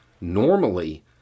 Normally